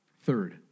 Third